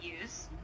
use